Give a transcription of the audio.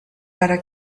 para